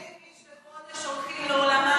1,000 איש בחודש הולכים לעולמם.